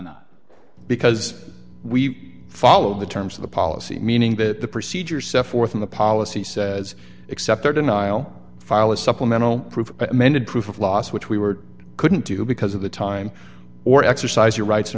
one because we follow the terms of the policy meaning that the procedures set forth in the policy says accept their denial file a supplemental proof amended proof of loss which we were couldn't do because of the time or exercise your rights